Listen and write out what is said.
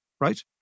right